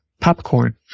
popcorn